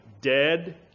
dead